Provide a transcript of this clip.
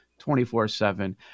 24-7